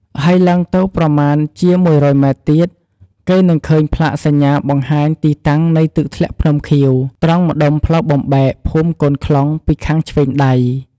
ហើយឡើងទៅប្រមាណជា ១០០ម៉ែត្រទៀត គេនឹងឃើញផ្លាកសញ្ញាបង្ហាញទីតាំងនៃ«ទឹកធ្លាក់ភ្នំខៀវ» ត្រង់ម្ដុំផ្លូវបំបែកភូមិកូនខ្លុងពីខាងឆ្វេងដៃ ។